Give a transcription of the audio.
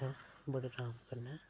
बडे़ अराम कन्नै